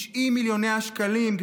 90 מיליון השקלים לארגוני הקהילה,